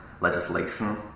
legislation